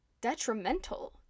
detrimental